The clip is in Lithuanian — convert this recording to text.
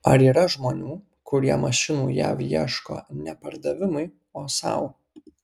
ar yra žmonių kurie mašinų jav ieško ne pardavimui o sau